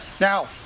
Now